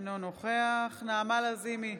אינו נוכח נעמה לזימי,